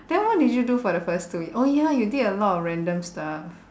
then what did you do for the first two ye~ oh ya you did a lot of random stuff